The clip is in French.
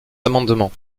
amendement